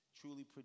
Truly